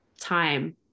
time